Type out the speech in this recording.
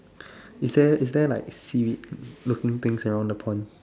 is there is there like seaweed looking things around the pond